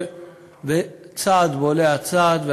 וצעד בולע צעד,